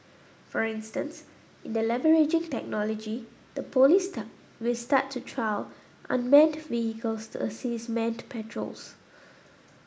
for instance in the leveraging technology the police will start to trial unmanned vehicles to assist manned patrols